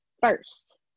first